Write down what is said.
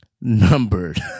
numbered